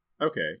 Okay